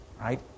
right